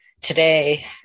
today